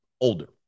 Older